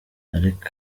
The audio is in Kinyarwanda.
ariko